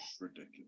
ridiculous